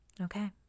Okay